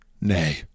Nay